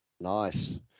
Nice